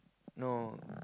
no